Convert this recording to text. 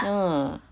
ah